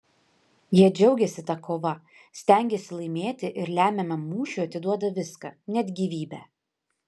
jie džiaugiasi ta kova stengiasi laimėti ir lemiamam mūšiui atiduoda viską net gyvybę